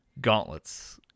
Gauntlets